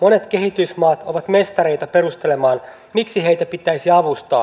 monet kehitysmaat ovat mestareita perustelemaan miksi heitä pitäisi avustaa